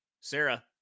Sarah